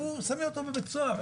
שמים אותו בבית סוהר.